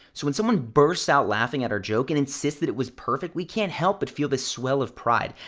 so when someone bursts out laughing at our joke and insists that it was perfect, we can't help but feel this swell of pride.